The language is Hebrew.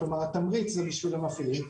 כלומר התמריץ זה בשביל המפעילים,